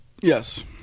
Yes